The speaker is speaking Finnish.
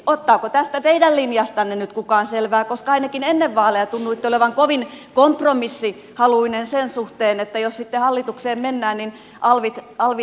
ottaako tästä teidän linjastanne nyt kukaan selvää koska ainakin ennen vaaleja tunnuitte olevan kovin kompromissihaluinen sen suhteen että jos sitten hallitukseen mennään niin alvit nousevat